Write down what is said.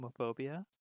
homophobia